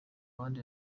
abandi